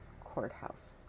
courthouse